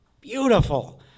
beautiful